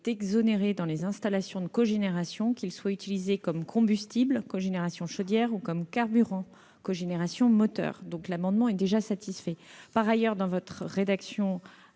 exonéré dans les installations de cogénération, qu'il soit utilisé comme combustible- cogénération chaudière -ou comme carburant- cogénération moteur. Ces amendements identiques sont donc déjà satisfaits. Par ailleurs, avec la rédaction